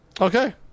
Okay